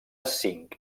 zinc